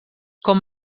com